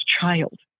child